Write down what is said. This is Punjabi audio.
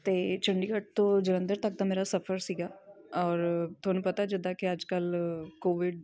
ਅਤੇ ਚੰਡੀਗੜ੍ਹ ਤੋਂ ਜਲੰਧਰ ਤੱਕ ਦਾ ਮੇਰਾ ਸਫ਼ਰ ਸੀਗਾ ਔਰ ਤੁਹਾਨੂੰ ਪਤਾ ਜਿੱਦਾਂ ਕਿ ਅੱਜ ਕੱਲ੍ਹ ਕੋਵਿਡ